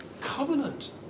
covenant